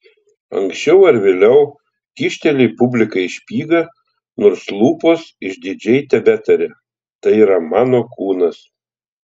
anksčiau ar vėliau kyšteli publikai špygą nors lūpos išdidžiai tebetaria tai yra mano kūnas